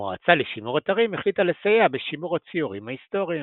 המועצה לשימור אתרים החליטה לסייע בשימור הציורים ההיסטוריים.